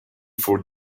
four